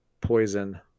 poison